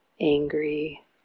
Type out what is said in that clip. angry